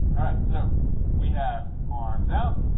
all right. so we have arms out,